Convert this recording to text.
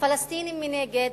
הפלסטינים מנגד